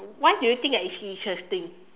why do you think that it's interesting